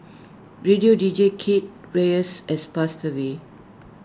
radio deejay Kate Reyes has passed away